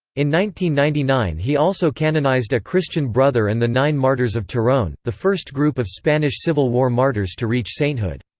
ninety ninety nine he also canonized a christian brother and the nine martyrs of turon, the first group of spanish civil war martyrs to reach sainthood.